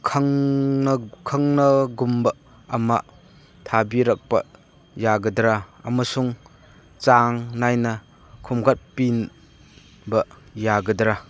ꯈꯪꯅꯒꯨꯝꯕ ꯑꯃ ꯊꯥꯕꯤꯔꯛꯄ ꯌꯥꯒꯗ꯭ꯔꯥ ꯑꯃꯁꯨꯡ ꯆꯥꯡ ꯅꯥꯏꯅ ꯈꯣꯝꯒꯠꯄꯤꯕ ꯌꯥꯒꯗ꯭ꯔꯥ